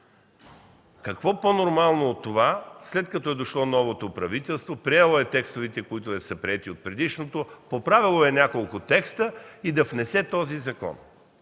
Какво по-нормално от това: след като е дошло новото правителство, приело е текстовете, които са приети от предишното, поправило е няколко текста, да внесе този